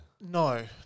No